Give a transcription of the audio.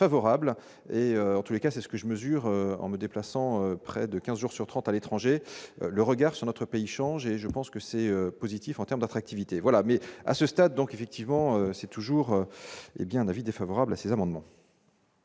et en tous les cas, c'est ce que je mesure en me déplaçant près de 15 jours sur 30 à l'étranger, le regard sur notre pays change et je pense que c'est positif en termes d'attractivité voilà mais à ce stade, donc effectivement c'est toujours hé bien avis défavorables à ces amendements.